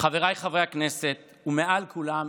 חבריי חברי הכנסת ומעל כולם